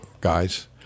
guys